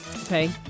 Okay